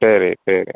சரி சரி